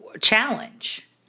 challenge